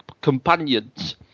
companions